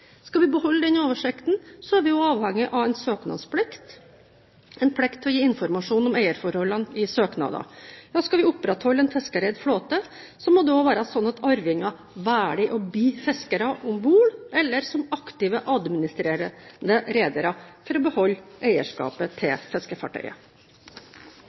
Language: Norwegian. Skal vi beholde den oversikten, er vi avhengig av en søknadsplikt og en plikt til å gi informasjon om eierforholdene i søknader. Skal vi opprettholde en fiskereid flåte, må det også være slik at arvinger velger å bli fiskere om bord eller aktive administrerende redere for å beholde eierskapet